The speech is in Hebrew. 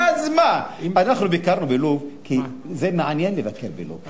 אנחנו ביקרנו בלוב כי זה מעניין לבקר בלוב.